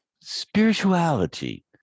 Spirituality